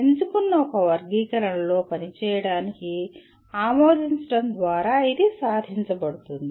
ఎంచుకున్న ఒక వర్గీకరణలో పనిచేయడానికి ఆమోదించడం ద్వారా ఇది సాధించబడుతుంది